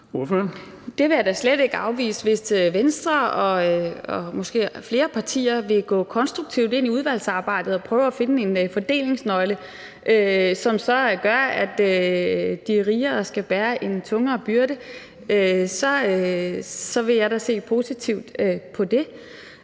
Det vil jeg da slet ikke afvise. Hvis Venstre og måske flere partier vil gå konstruktivt ind i udvalgsarbejdet og prøve at finde en fordelingsnøgle, som gør, at de rigere skal bære en tungere byrde, vil jeg da se positivt på det.